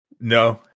No